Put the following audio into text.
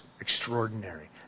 Extraordinary